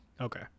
Okay